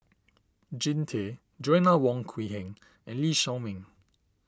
Jean Tay Joanna Wong Quee Heng and Lee Shao Meng